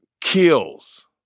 kills